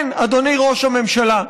כן, אדוני ראש הממשלה,